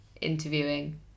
interviewing